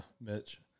Mitch